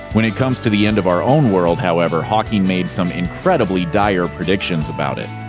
when it comes to the end of our own world, however, hawking made some incredibly dire predictions about it.